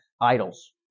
idols